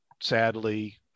sadly